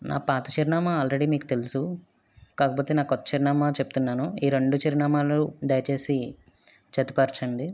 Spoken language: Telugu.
నా పాత చిరునామా ఆల్రెడీ మీకు తెలుసు కాకపోతే నా కొత్త చిరునామా చెప్తున్నాను ఈ రెండు చిరునామాలు దయచేసి జతపరచండి